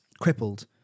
crippled